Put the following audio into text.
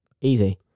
Easy